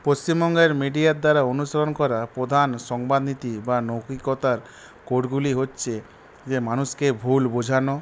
পশ্চিমবঙ্গের মিডিয়ার দ্বারা অনুসরণ করা প্রধান সংবাদ নীতি বা নৈতিকতার কোডগুলি হচ্ছে যে মানুষকে ভুল বোঝানো